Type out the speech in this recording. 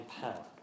power